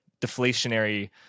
deflationary